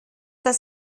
das